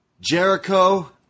Jericho